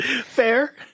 Fair